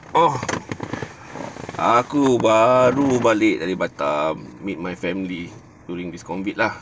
oh aku baru balik dari batam meet my family during this COVID lah